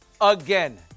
again